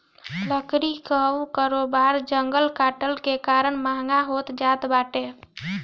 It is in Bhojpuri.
लकड़ी कअ कारोबार जंगल कटला के कारण महँग होत जात बाटे